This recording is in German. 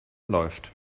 läuft